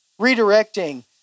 redirecting